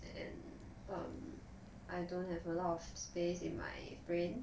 and um I don't have a lot of space in my brain